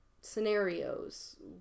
scenarios